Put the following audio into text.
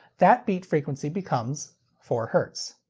that beat frequency becomes four hertz.